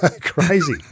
crazy